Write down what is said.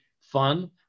fun